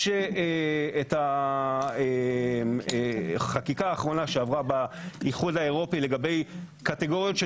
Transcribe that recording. יש את החקיקה האחרונה שעברה באיחוד האירופי לגבי קטגוריות של